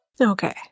Okay